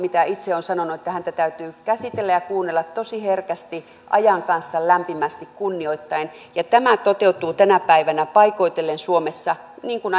kuten itse olen sanonut niin että häntä täytyy käsitellä ja kuunnella tosi herkästi ajan kanssa lämpimästi kunnioittaen ja tämä toteutuu tänä päivänä paikoitellen suomessa niin kuin